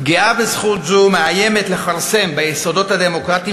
פגיעה בזכות זו מאיימת לכרסם ביסודות הדמוקרטיים